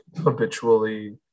habitually